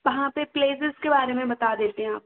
वहां पर प्लेज़ेज़ के बारे में बता देते हैं आपको